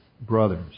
brothers